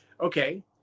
okay